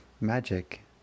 magic